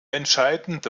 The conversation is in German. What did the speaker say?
entscheidende